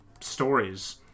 stories